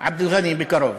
עבד אל-ע'אני בקרוב.